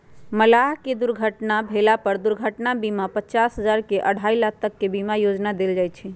मलाह के दुर्घटना भेला पर दुर्घटना बीमा पचास हजार से अढ़ाई लाख तक के बीमा योजना देल जाय छै